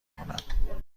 کنم